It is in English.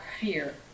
fear